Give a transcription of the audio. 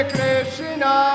Krishna